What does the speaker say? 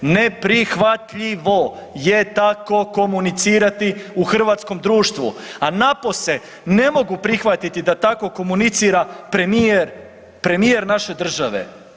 Neprihvatljivo je tako komunicirati u hrvatskom društvu, a napose ne mogu prihvatiti da tako komunicira premijer, premijer naše države.